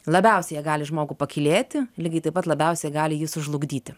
labiausiai jie gali žmogų pakylėti lygiai taip pat labiausiai gali jį sužlugdyti